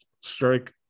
strike